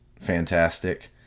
fantastic